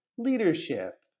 Leadership